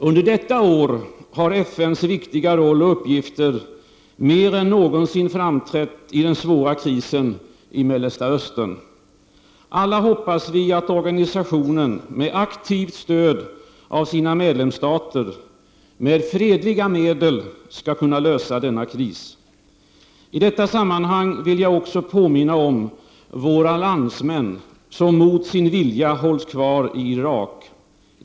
Under detta år har FNs viktiga roll och uppgifter mer än någonsin framträtt i den svåra krisen i Mellersta Östern. Alla hoppas vi att organisationen med aktivt stöd av sina medlemsstater med fredliga medel skall kunna lösa denna kris. I detta sammanhang vill jag också påminna om våra landsmän som mot sin vilja hålls kvar i Irak.